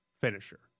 finisher